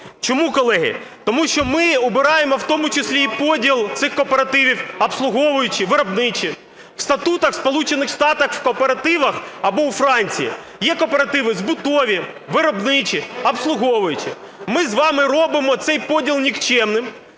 Чому, колеги? Тому що ми убираємо в тому числі і поділ цих кооперативів: обслуговуючі, виробничі. В статутах в Сполучених Штатах в кооперативах, або у Франції, є кооперативи збутові, виробничі, обслуговуючі. Ми з вами робимо цей поділ нікчемним,